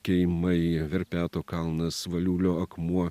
keimai verpeto kalnas valiulio akmuo